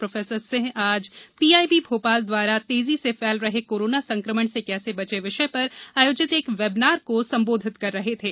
professor Singh आज PIB Bhopal द्वारा तेजी से फैल रहे कोरोना संकमण से कैसे बचें विषय पर आयोजित एक वेबनार को संबोधित कर रहे थे